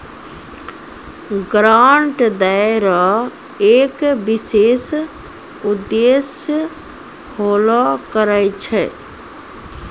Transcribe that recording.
grant दै रो एक विशेष उद्देश्य होलो करै छै